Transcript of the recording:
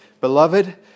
Beloved